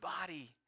body